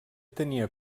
tenia